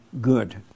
good